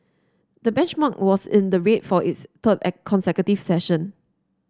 the benchmark was in the red for its third at consecutive session